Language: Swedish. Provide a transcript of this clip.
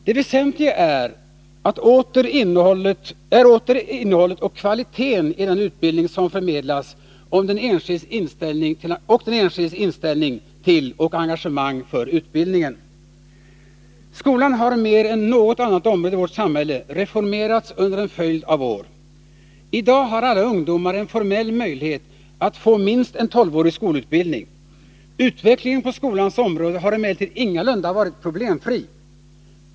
Det väsentliga är åter innehållet och kvaliteten när det gäller den utbildning som förmedlas och den enskildes inställning till och engagemang för utbildningen. Skolan har mer än något annat område i vårt samhälle reformerats under en följd av år. I dag har alla ungdomar en formell möjlighet att få minst tolvårig skolutbildning. Utvecklingen på skolans område har emellertid ingalunda varit problemfri.